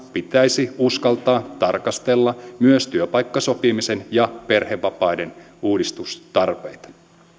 pitäisi uskaltaa tarkastella myös työpaikkasopimisen ja perhevapaiden uudistustarpeita